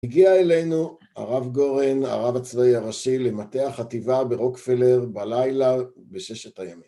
הגיע אלינו הרב גורן, הרב הצבאי הראשי, למטה החטיבה ברוקפלר בלילה, בששת הימים